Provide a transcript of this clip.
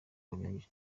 bunyuranyije